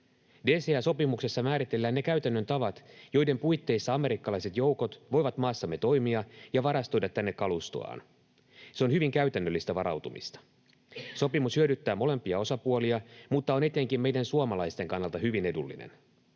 DCA-sopimuksessa määritellään ne käytännön tavat, joiden puitteissa amerikkalaiset joukot voivat maassamme toimia ja varastoida tänne kalustoaan. Se on hyvin käytännöllistä varautumista. Sopimus hyödyttää molempia osapuolia mutta on etenkin meidän suomalaisten kannalta hyvin edullinen.